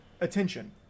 attention